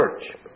church